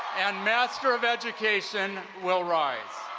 and master of education will rise.